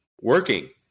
working